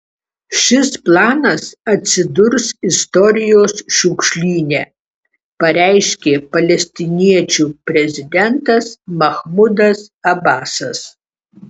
šis planas atsidurs istorijos šiukšlyne pareiškė palestiniečių prezidentas mahmudas abasas